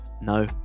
No